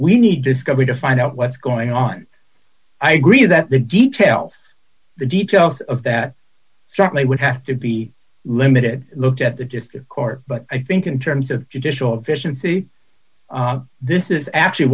we need discovery to find out what's going on i agree that the detail the details of that certainly would have to be limited looked at the just in court but i think in terms of judicial efficiency this is actually